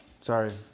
sorry